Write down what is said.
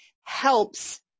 helps